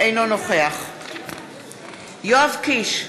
אינו נוכח יואב קיש,